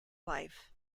life